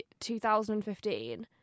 2015